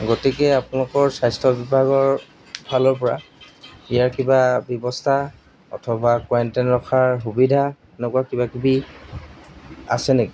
গতিকে আপোনালোকৰ স্বাস্থ্য বিভাগৰ ফালৰ পৰা ইয়াৰ কিবা ব্যৱস্থা অথবা কোৱাৰেনটাইন ৰখাৰ সুবিধা এনেকুৱা কিবাকিবি আছে নেকি